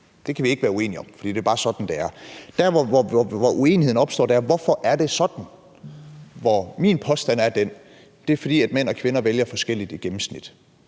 Det kan vi ikke være uenige om, for det er bare sådan, det er. Der, hvor uenigheden opstår, er i forhold til: Hvorfor er det sådan? Og min påstand er: Det er, fordi mænd og kvinder vælger forskelligt i gennemsnit,